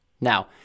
Now